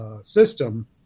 system